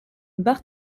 bar